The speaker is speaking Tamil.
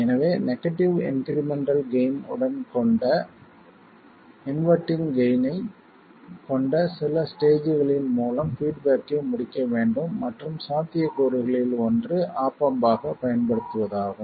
எனவே நெகடிவ் இன்க்ரிமெண்டல் கெய்ன் உடன் கொண்ட இன்வெர்ட்டிங் கெய்ன் ஐக் கொண்ட சில ஸ்டேஜ்களின் மூலம் பீட்பேக்கை முடிக்க வேண்டும் மற்றும் சாத்தியக்கூறுகளில் ஒன்று ஆப் ஆம்ப் ஆகப் பயன்படுத்துவதாகும்